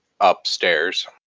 upstairs